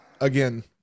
again